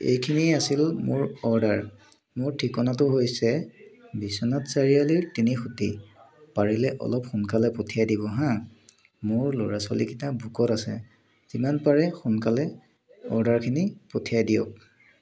এইখিনিয়ে আছিল মোৰ অৰ্ডাৰ মোৰ ঠিকনাটো হৈছে বিশ্বনাথ চাৰিআলি তিনি খুটি পাৰিলে অলপ সোনকালে পঠিয়াই দিব হাঁ মোৰ ল'ৰা ছোৱালীকেইটা ভোকত আছে যিমান পাৰে সোনকালে অৰ্ডাৰখিনি পঠিয়াই দিয়ক